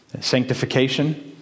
sanctification